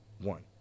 One